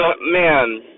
Man